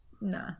Nah